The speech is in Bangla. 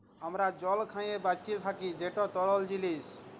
আমরা জল খাঁইয়ে বাঁইচে থ্যাকি যেট তরল জিলিস